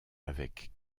avec